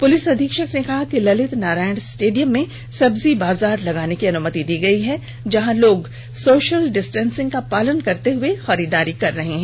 police अधीक्षक ने कहा कि ललित नारायण स्टेडियम में सब्जी बाजार लगाने की अनुमति दी गयी है जहां लोग सोषल डिस्टेंसिंग का पालन करते हुए खरीदारी कर रहे हैं